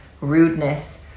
rudeness